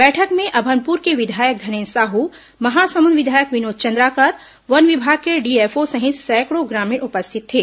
बैठक में अभनपुर के विधायक धनेन्द्र साहू महासमुंद विधायक विनोद चंद्राकर वन विभाग के डीएफओ सहित सैकड़ों ग्रामीण उपस्थित थे